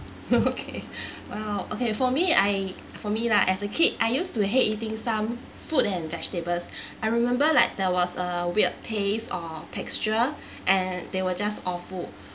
okay uh okay for me I for me lah as a kid I used to hate eating some fruit and vegetables I remember like there was a weird taste or texture and they were just awful